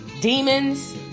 demons